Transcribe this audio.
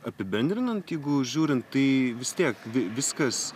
apibendrinant jeigu žiūrint tai vis tiek viskas